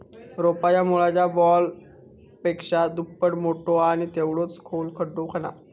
रोपाच्या मुळाच्या बॉलपेक्षा दुप्पट मोठो आणि तेवढोच खोल खड्डो खणा